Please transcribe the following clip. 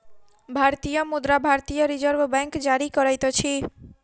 भारतीय मुद्रा भारतीय रिज़र्व बैंक जारी करैत अछि